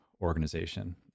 organization